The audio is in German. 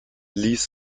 ließ